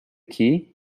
key